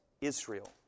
Israel